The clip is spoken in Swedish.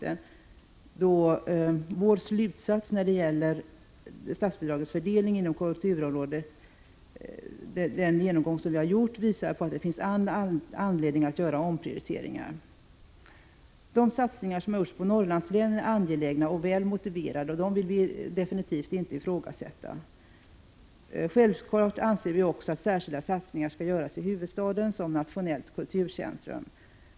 Vår slutsats efter den genomgång som vi har gjort när det gäller | statsbidragets fördelning inom kulturområdet visar att det finns all anledning | att göra omprioriteringar. De satsningar som har gjorts på Norrlandslänen är angelägna och väl motiverade. Dessa vill vi definitivt inte ifrågasätta. Självfallet anser vi också att särskilda satsningar skall göras i huvudstaden | som nationellt kulturcentrum.